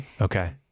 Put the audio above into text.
okay